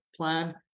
plan